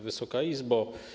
Wysoka Izbo!